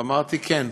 ואמרתי כן.